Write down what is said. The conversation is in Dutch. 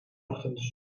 ochtends